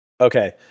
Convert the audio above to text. Okay